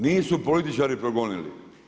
Nisu političari progonili.